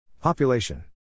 Population